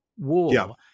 war